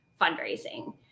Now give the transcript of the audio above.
fundraising